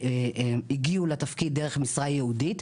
הגיעו לתפקיד דרך משרה ייעודית,